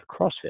CrossFit